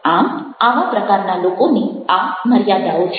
આમ આવા પ્રકારના લોકોની આ મર્યાદાઓ છે